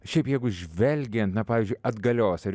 šiaip jeigu žvelgiant na pavyzdžiui atgalios ar